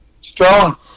Strong